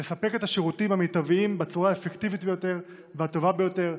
לספק את השירותים המיטביים בצורה האפקטיבית ביותר והטובה ביותר.